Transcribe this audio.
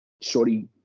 Shorty